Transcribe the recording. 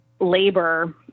labor